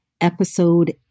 Episode